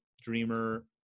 Dreamer